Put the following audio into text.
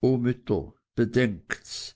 o mütter bedenkts